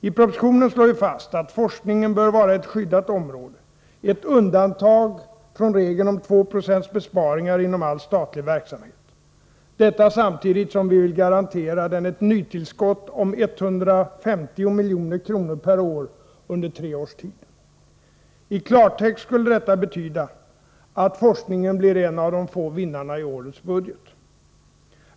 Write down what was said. I propositionen slår vi fast att forskningen bör vara ett skyddat område — ett undantag från regeln om 2 6 besparingar inom all statlig verksamhet, detta samtidigt som vi vill garantera den ett nytillskott om 150 milj.kr. per år under tre års tid. I klartext skulle detta betyda att forskningen blir en av de få vinnarna i nästa års budget.